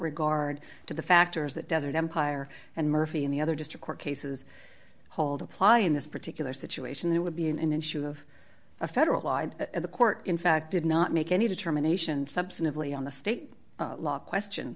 regard to the factors that desert empire and murphy and the other district court cases hold apply in this particular situation there would be an issue of a federal law and at the court in fact did not make any determination substantively on the state law question